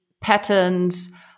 patterns